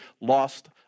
lost